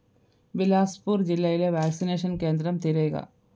ബിലാസ്പൂർ ജില്ലയിലെ വാക്സിനേഷൻ കേന്ദ്രം തിരയുക